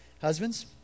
husbands